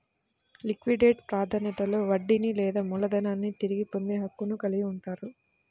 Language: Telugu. లిక్విడేట్ ప్రాధాన్యతలో వడ్డీని లేదా మూలధనాన్ని తిరిగి పొందే హక్కును కలిగి ఉంటారు